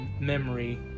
memory